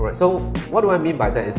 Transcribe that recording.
but so why do i mean by that is